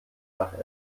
nach